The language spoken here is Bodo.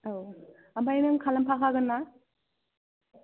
औ ओमफ्राय नों खालामफाखागोन ना